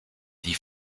die